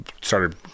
started